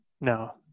No